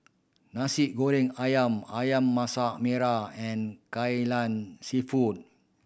Nasi Goreng Ayam Ayam Masak Merah and Kai Lan Seafood